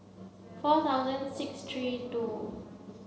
four thousand six three two